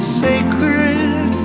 sacred